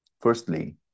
Firstly